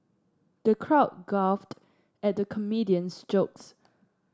the crowd at the comedian's jokes